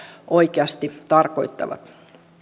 oikeasti tarkoittavat